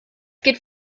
geht